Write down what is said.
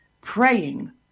praying